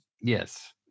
yes